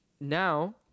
Now